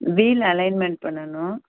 wheel alignment பண்ணணும்